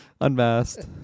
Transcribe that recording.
Unmasked